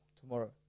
tomorrow